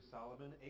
Solomon